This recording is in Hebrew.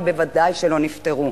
וודאי שלא נפתרו,